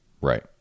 Right